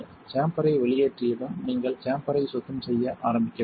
சேம்பரை வெளியேற்றியதும் நீங்கள் சேம்பரை சுத்தம் செய்ய ஆரம்பிக்க வேண்டும்